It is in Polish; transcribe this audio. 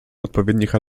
odpowiednich